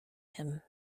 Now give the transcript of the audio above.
him